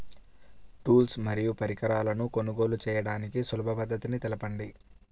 Tools మరియు పరికరాలను కొనుగోలు చేయడానికి సులభ పద్దతి తెలపండి?